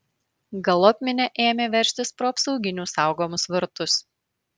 galop minia ėmė veržtis pro apsauginių saugomus vartus